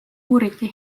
uuriti